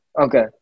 Okay